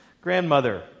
grandmother